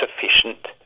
sufficient